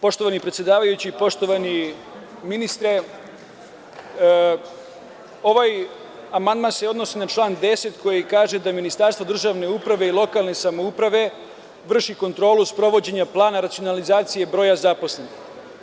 Poštovani predsedavajući, poštovani ministre, ovaj amandman se odnosi na član 10 koji kaže da Ministarstvo državne uprave i lokalne samouprave vrši kontrolu sprovođenja plana racionalizacije broja zaposlenih